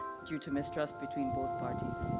due to mistrust between both parties.